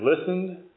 listened